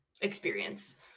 experience